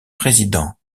président